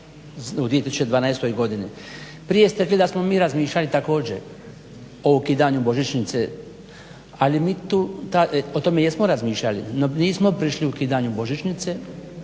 u 2012. godini. Prije ste rekli da smo mi razmišljali također o ukidanju božićnice, o tome jesmo razmišljali, no nismo prišli ukidanju božićnice,